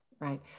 right